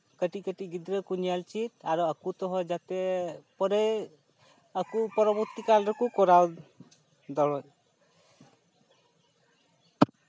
ᱠᱟᱹᱴᱤᱡᱼᱠᱟᱹᱴᱤᱡ ᱜᱤᱫᱽᱨᱟᱹ ᱠᱚ ᱧᱮᱞ ᱪᱮᱫ ᱟᱨ ᱟᱠᱚ ᱛᱮᱦᱚᱸ ᱡᱟᱛᱮ ᱯᱚᱨᱮ ᱟᱠᱚ ᱯᱚᱨᱚᱵᱚᱨᱛᱤ ᱠᱟᱞ ᱨᱮᱠᱚ ᱠᱚᱨᱟᱣ ᱫᱟᱲᱮᱜ